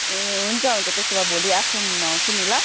ए हुन्छ हुन्छ त्यसो भए भोलि आफ्टर्नुनमा आउँछु नि ल